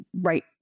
right